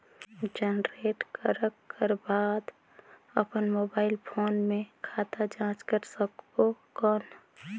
Generate करक कर बाद अपन मोबाइल फोन मे खाता जांच कर सकबो कौन?